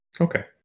Okay